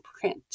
print